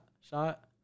shot